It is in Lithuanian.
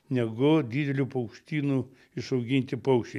negu didelių paukštynų išauginti paukščiai